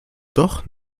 doch